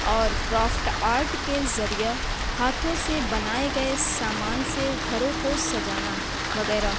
اور craft art کے ذریعہ ہاتھوں سے بنائے گئے سامان سے گھروں کو سجانا وغیرہ